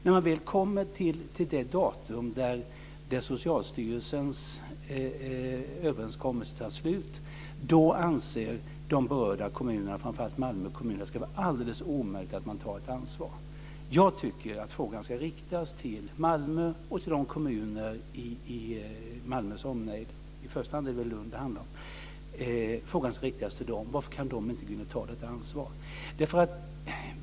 När man väl kommer till det datum då Socialstyrelsens överenskommelse tar slut anser berörda kommuner, framför allt Malmö kommun, att det är alldeles omöjligt att ta ett ansvar. Jag tycker att det är till Malmö och till de kommuner i Malmös omnejd - i första hand är det väl Lund som det då handlar om - som man ska rikta frågan om varför de inte kan gå in och ta detta ansvar.